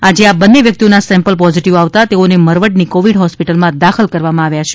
આજે આ બંને વ્યક્તિઓનો સેમ્પલ પોઝિટિવ આવતાં તેઓને મરવડની કોવિડ હોસ્પિટલમાં દાખલ કરવામાં આવ્યા છે